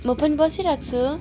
म पनि बसिरहेको छु